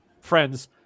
friends